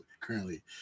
currently